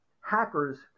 hackers